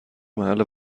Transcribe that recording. محل